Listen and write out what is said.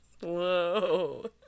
Whoa